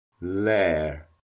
lair